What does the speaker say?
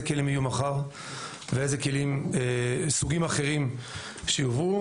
כלים יהיו מחר ואיזה כלים וסוגים אחרים ייובאו,